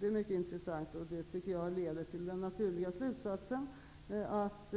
Det tycker jag är mycket intressant, och det leder fram till den naturliga slutsatsen att